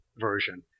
version